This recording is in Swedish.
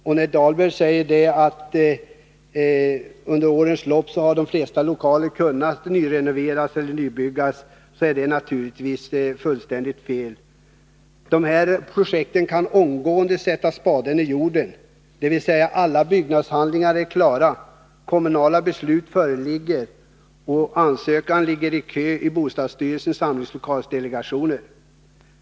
När Rolf Dahlberg säger att de flesta lokaler under årens lopp har kunnat nyrenoveras eller nybyggas är det naturligtvis fullständigt fel. För dessa projekt gäller att man omgående skulle kunna ”sätta spaden i jorden”, dvs. alla byggnadshandlingar är klara, kommunala beslut föreligger och ansökan ligger i köi bostadsstyrelsens samlingslokalsdelegation.